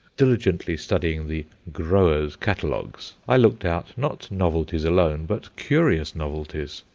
diligently studying the growers' catalogues, i looked out, not novelties alone, but curious novelties.